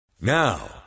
Now